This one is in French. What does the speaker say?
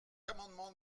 amendement